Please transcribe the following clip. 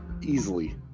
Easily